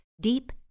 deep